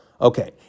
Okay